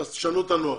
אז תשנו את הנוהל.